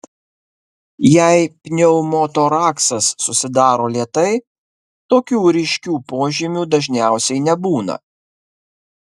jei pneumotoraksas susidaro lėtai tokių ryškių požymių dažniausiai nebūna